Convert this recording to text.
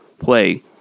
Play